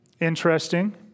Interesting